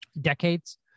decades